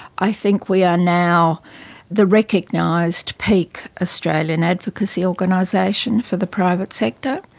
i think we are now the recognised peak australian advocacy organisation for the private sector.